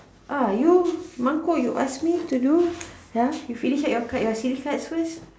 ah you you ask me to do you finish up your cards your silly cards first